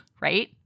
right